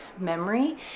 memory